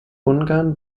ungarn